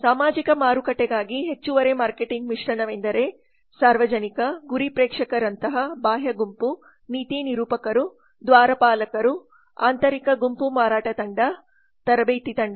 ಸಾಮಾಜಿಕ ಮಾರುಕಟ್ಟೆಗಾಗಿ ಹೆಚ್ಚುವರಿ ಮಾರ್ಕೆಟಿಂಗ್ ಮಿಶ್ರಣವೆಂದರೆ ಸಾರ್ವಜನಿಕ ಗುರಿ ಪ್ರೇಕ್ಷಕರಂತಹ ಬಾಹ್ಯ ಗುಂಪು ನೀತಿ ನಿರೂಪಕರು ದ್ವಾರಪಾಲಕರು ಆಂತರಿಕ ಗುಂಪು ಮಾರಾಟ ತಂಡ ತರಬೇತಿ ತಂಡ